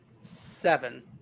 Seven